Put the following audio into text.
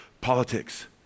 politics